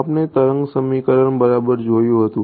આપણે તરંગનું સમીકરણ બરાબર જોયું હતું